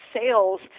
sales